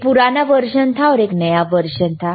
एक पुराना वर्जन था और एक नया वर्शन था